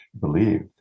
believed